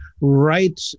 right